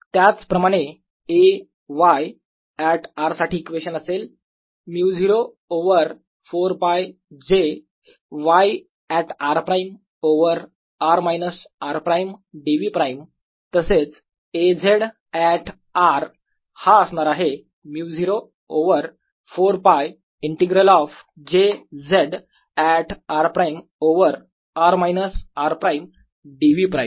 त्याचप्रमाणे A y at r साठी equation असेल μ0 over 4π j y at r prime over r minus r prime dv prime तसेच A z at r हा असणार आहे μ0 over 4 π integral of j z at r prime over r minus r prime dv prime